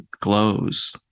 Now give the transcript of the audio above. glows